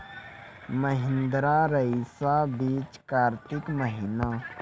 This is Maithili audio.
महिंद्रा रईसा बीज कार्तिक महीना?